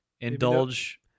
indulge